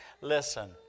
Listen